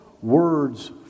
words